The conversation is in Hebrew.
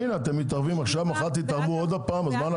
אבל הנה, עכשיו אתם מתערבים ומחר תתערבו עוד פעם.